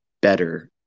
better